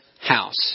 house